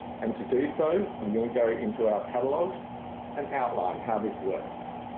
and to do so i'm going to go into our catalogue and outline how this works.